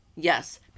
Yes